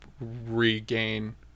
regain